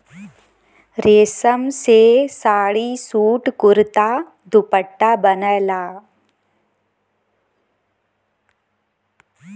रेशम से साड़ी, सूट, कुरता, दुपट्टा बनला